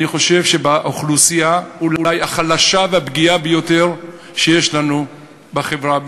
אני חושב שעל האוכלוסייה אולי החלשה והפגיעה ביותר שיש לנו בחברה,